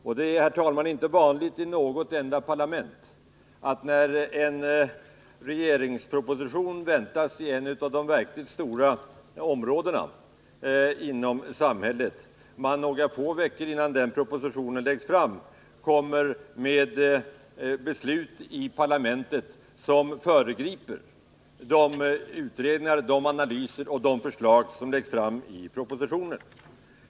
Det är, herr talman, inte vanligt i något enda parlament, när en regeringsproposition väntas på ett av de stora områdena inom samhället, att man några få veckor innan denna proposition läggs fram fattar beslut i parlamentet som föregriper de utredningar, analyser och förslag som läggs fram i propositionen.